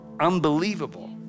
unbelievable